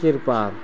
तुरपात